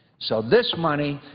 so this money,